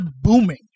booming